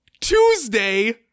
Tuesday